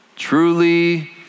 Truly